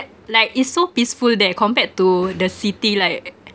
like it's so peaceful there compared to the city like